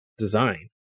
design